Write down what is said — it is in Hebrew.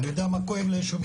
אני יודע מה כואב ליישובים,